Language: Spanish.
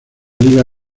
liga